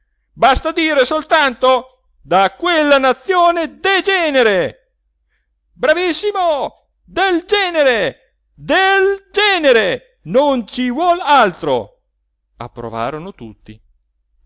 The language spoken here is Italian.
basta dire soltanto da quella nazione degenere bravissimo del genere del genere non ci vuol altro approvarono tutti